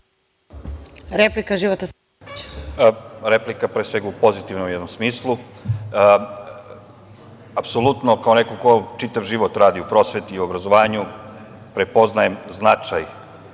Hvala. Replika pre sve u pozitivnom smislu. Apsolutno kao neko ko čitav život radi u prosveti i obrazovanju prepoznajem značaj